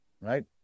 right